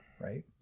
right